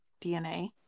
DNA